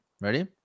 Ready